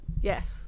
Yes